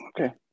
Okay